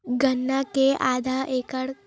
गन्ना के आधा एकड़ म कतेकन यूरिया लगथे?